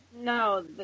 No